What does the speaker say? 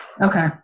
Okay